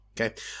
Okay